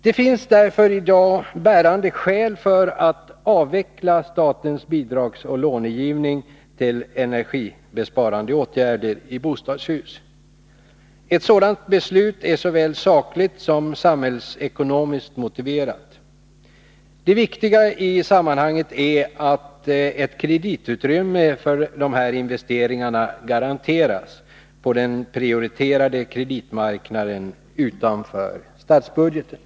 Det finns därför i dag bärande skäl för att avveckla statens bidragsoch lånegivning till energibesparande åtgärder i bostadshus. Ett sådant beslut är såväl sakligt som samhällsekonomiskt motiverat. Det viktiga i sammanhanget är att ett rejält utrymme för dessa investeringar garanteras på den prioriterade kreditmarknaden utanför statsbudgeten.